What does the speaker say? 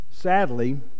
Sadly